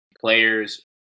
players